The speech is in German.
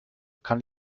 kann